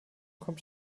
kommt